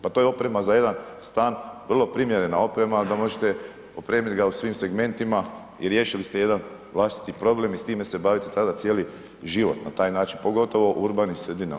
Pa to je oprema za jedan stan, vrlo primjerena oprema da možete opremiti ga u svim segmentima i riješili ste jedan vlastiti problem i s time se bavite tada cijeli život na taj način, pogotovo u urbanim sredinama.